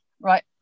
right